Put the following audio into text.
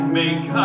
make